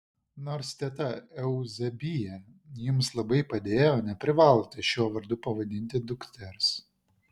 nors teta euzebija jums labai padėjo neprivalote šiuo vardu pavadinti dukters